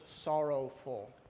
sorrowful